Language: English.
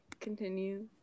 continue